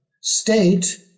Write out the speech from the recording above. state